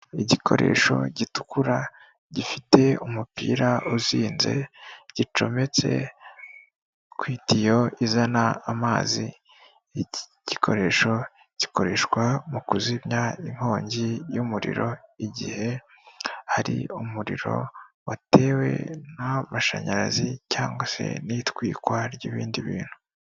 Igikoresho gitukura, gifite umupira uzinze, gicometse ku itiyo izana amazi, iki gikoresho gikoreshwa mu kuzimya inkongi y'umuriro igihe hari umuriro watewe n'amashanyarazi cyangwa se n'itwikwa ry'ibindi bintu.